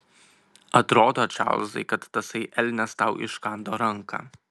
atrodo čarlzai kad tasai elnias tau iškando ranką